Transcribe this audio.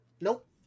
Nope